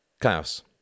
Klaus